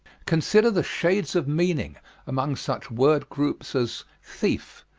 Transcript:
consider the shades of meanings among such word-groups as thief,